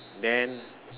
then